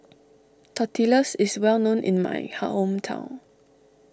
Tortillas is well known in my hometown